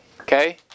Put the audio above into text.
Okay